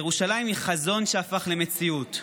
ירושלים היא חזון שהפך למציאות.